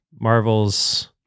Marvel's